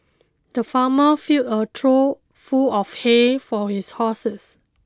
the farmer filled a trough full of hay for his horses